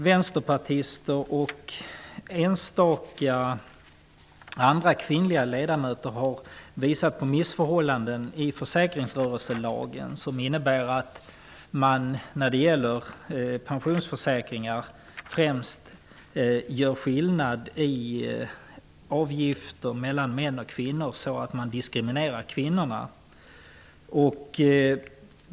Vänsterpartister och enstaka kvinnliga ledamöter från andra partier har visat på missförhållanden i försäkringsrörelselagen, nämligen att man när det gäller pensionsförsäkringar främst gör skillnad i avgifter mellan män och kvinnor, så att kvinnorna diskrimineras.